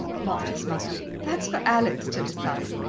laughed his mother, that's for alex to decide.